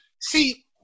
See